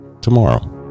tomorrow